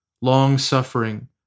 long-suffering